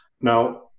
Now